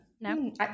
No